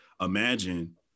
imagine